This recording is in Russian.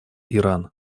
иран